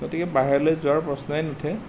গতিকে বাহিৰলৈ যোৱাৰ প্ৰশ্নই নুঠে